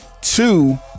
Two